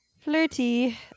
Flirty